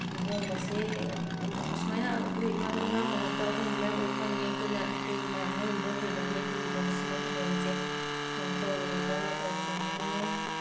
ꯑꯍꯣꯡꯕꯁꯦ ꯑꯁꯨꯃꯥꯏꯅ ꯑꯩꯈꯣꯏ ꯏꯃꯥ ꯂꯣꯜ ꯉꯥꯡꯕ ꯉꯥꯛꯇ ꯑꯍꯣꯡꯕ ꯃꯌꯥꯝ ꯎꯕ ꯐꯪꯉꯦ ꯑꯩꯈꯣꯏꯅ ꯃꯣꯏꯒꯤ ꯂꯣꯜ ꯍꯩꯕꯅꯤꯅ ꯑꯩꯈꯣꯏꯒꯤ ꯂꯣꯜꯁꯨ ꯃꯣꯏꯗ ꯍꯩꯍꯟꯁꯦ ꯁꯨꯃꯥꯏ ꯇꯧꯔꯒ ꯇꯧꯁꯦ ꯍꯥꯏꯅꯤꯡꯉꯦ